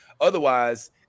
Otherwise